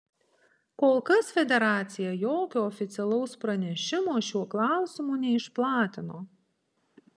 kol kas federacija jokio oficialaus pranešimo šiuo klausimu neišplatino